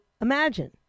imagine